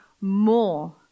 more